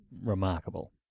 remarkable